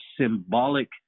symbolic